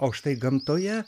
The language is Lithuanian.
o štai gamtoje